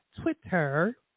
Twitter